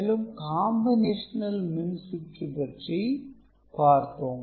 மேலும் 'Combinational' மின் சுற்று பற்றி பார்த்தோம்